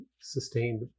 sustained